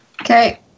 Okay